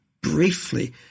briefly